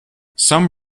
some